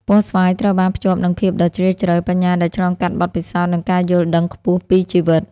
ពណ៌ស្វាយត្រូវបានភ្ជាប់នឹងភាពដ៏ជ្រាលជ្រៅ បញ្ញាដែលឆ្លងកាត់បទពិសោធន៍ និងការយល់ដឹងខ្ពស់ពីជីវិត។